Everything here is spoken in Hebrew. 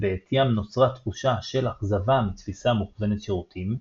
שבעטים נוצרה תחושה של אכזבה מתפיסה מוכוונת שירותים.